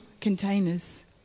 containers